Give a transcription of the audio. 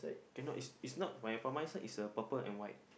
cannot is is not my for my side is a purple and white